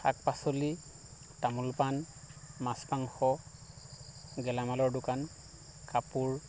শাক পাচলি তামোল পাণ মাছ মাংস গেলামালৰ দোকান কাপোৰ